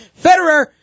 Federer